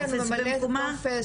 ממלא את הטופס,